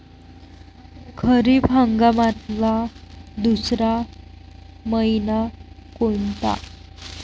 खरीप हंगामातला दुसरा मइना कोनता?